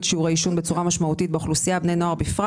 את שיעור העישון בצורה משמעותית באוכלוסיית ובפרט בקרב בני הנוער.